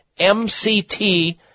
MCT